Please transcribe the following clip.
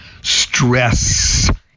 stress